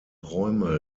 räume